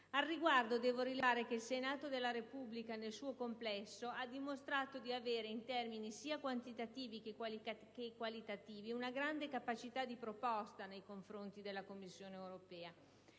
Al riguardo, devo rilevare che il Senato della Repubblica, nel suo complesso, ha dimostrato di avere, in termini sia quantitativi che qualitativi, una grande capacità di proposta nei confronti della Commissione europea.